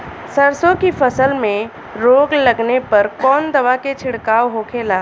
सरसों की फसल में रोग लगने पर कौन दवा के छिड़काव होखेला?